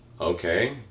Okay